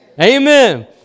Amen